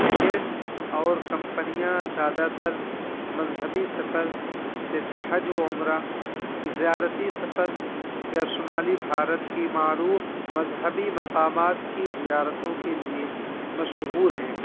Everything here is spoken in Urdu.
ایجنٹس اور کمپنیاں زیادہ تر مذہبی سفر جیسے حج و عمرہ زیارتی سفر یا شمالی بھارت کی معروف مذہبی مقامات کی زیارتوں کے لیے مشہور ہیں